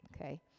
okay